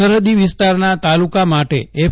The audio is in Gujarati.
સરહદી વિસ્તારના તાલુકા માટે એફ